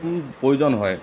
এই প্ৰয়োজন হয়